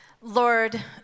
Lord